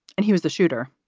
and he was the shooter.